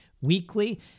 weekly